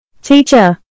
Teacher